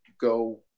go